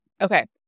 Okay